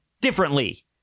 differently